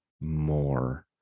more